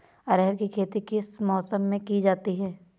अरहर की खेती किस मौसम में की जाती है?